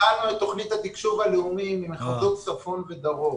התחלנו את תוכנית התקשוב הלאומית ממחוזות צפון ודרום